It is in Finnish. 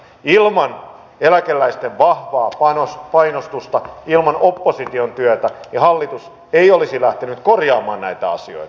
ilman eläkeläisten vahvaa painostusta ja ilman opposition työtä hallitus ei olisi lähtenyt korjaamaan näitä asioita